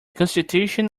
constitution